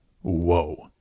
Whoa